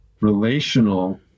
relational